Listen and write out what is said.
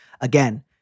again